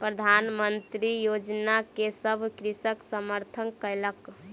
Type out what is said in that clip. प्रधान मंत्री किसान योजना के सभ कृषक समर्थन कयलक